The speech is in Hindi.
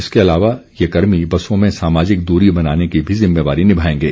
इसके अलावा ये कर्मी बसों में सामाजिक दूरी बनाने की भी ज़िम्मेवारी निभाएंगे